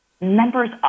members